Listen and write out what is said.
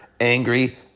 angry